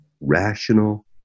rational